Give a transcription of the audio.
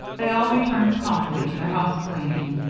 they all returned promptly to their housecleaning.